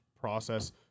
process